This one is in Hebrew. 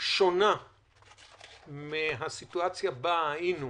שונה מהסיטואציה בה היינו